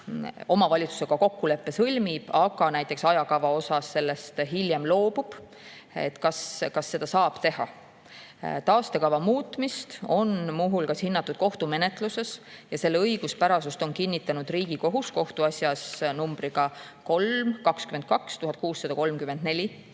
omavalitsusega kokkuleppe, aga näiteks ajakava osas sellest hiljem [taganeb]. Kas seda saab teha? Taastekava muutmist on muu hulgas hinnatud kohtumenetluses ja selle õiguspärasust on kinnitanud Riigikohus kohtuasjas numbriga 3-22-1634.